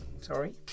sorry